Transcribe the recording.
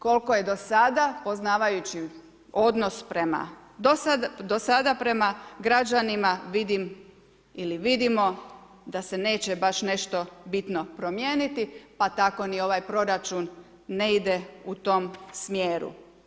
Koliko je do sada, poznavajući odnos prema, do sada prema građanima vidim ili vidimo da se neće baš nešto bitno promijeniti pa tako ni ovaj proračun ne ide u tom smjeru.